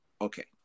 Okay